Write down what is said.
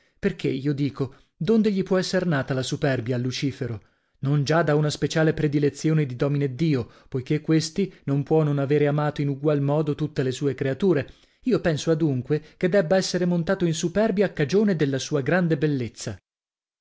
perchè io dico d'onde gli può esser nata la superbia a lucifero non già da una speciale predilezione di domineddio poichè questi non può non avere amato in ugual modo tutte le sue creature io penso adunque che debba essere montato in superbia a cagione della sua grande bellezza